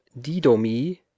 didomi